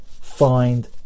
find